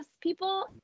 people